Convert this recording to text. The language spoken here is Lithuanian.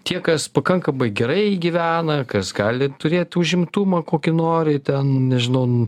tie kas pakankamai gerai gyvena kas gali turėt užimtumą kokį nori ten nežinau